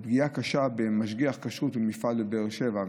והפגיעה הקשה אתמול במשגיח כשרות במפעל בבאר שבע,